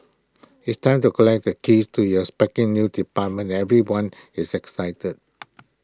it's time to collect the keys to your spanking new apartment everyone is excited